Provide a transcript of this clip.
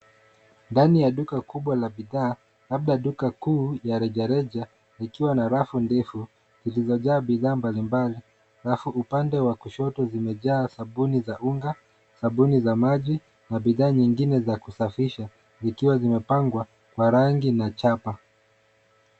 Ndani ya duka kubwa la bidhaa. labda duka kuu ya reja reja ikiwa na rafu ndefu, zilizo jaa bidhaa mbalimbali. Rafu upande wa kushoto zimejaa sabuni za unga, sabuni za maji, na bidhaa nyingine za kusafisha zikiwa zimepangwa kwa rangi na chapa.